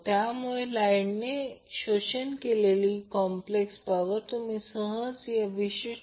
तर ही लाईनने अबसोर्ब केलेली रियल पॉवर 695